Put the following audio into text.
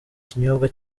ikinyobwa